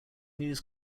news